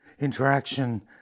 interaction